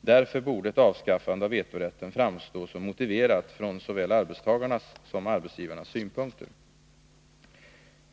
Därför borde ett avskaffande av vetorätten framstå som motiverat från såväl arbetstagarnas som arbetsgivarnas synpunkter.